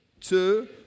two